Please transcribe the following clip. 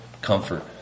comfort